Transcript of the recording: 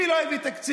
צודק.